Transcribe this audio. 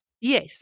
Yes